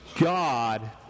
God